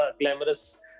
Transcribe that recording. glamorous